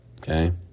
okay